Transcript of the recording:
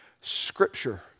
Scripture